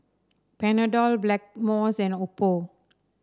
Panadol Blackmores and Oppo